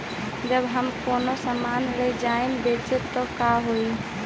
जब हम कौनो सामान ले जाई बेचे त का होही?